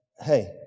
hey